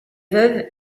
veuve